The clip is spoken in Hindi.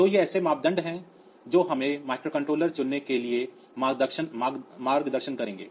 तो ये ऐसे मानदंड हैं जो हमें माइक्रोकंट्रोलर चुनने के लिए मार्गदर्शन करेंगे